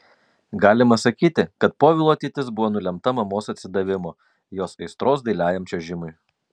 galima sakyti kad povilo ateitis buvo nulemta mamos atsidavimo jos aistros dailiajam čiuožimui